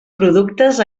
productes